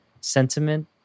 sentiment